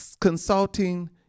consulting